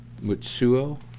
Mutsuo